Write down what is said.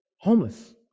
homeless